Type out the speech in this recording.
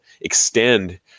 extend